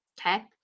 Okay